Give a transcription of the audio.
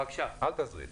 אל תעזרי לי.